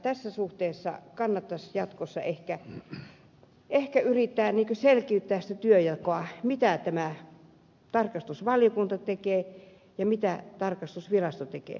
tässä suhteessa kannattaisi jatkossa ehkä yrittää selkiyttää sitä työnjakoa mitä tarkastusvaliokunta tekee ja mitä tarkastusvirasto tekee